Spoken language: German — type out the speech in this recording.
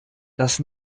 das